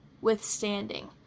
Withstanding